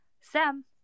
Sam